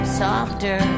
softer